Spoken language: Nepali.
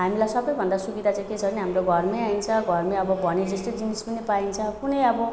हामीलाई सबैभन्दा सुविधा चाहिँ के छ भने हाम्रो घरमै आइहाल्छ घरमै अब भने जस्तो जिनिस पनि पाइन्छ कुनै अब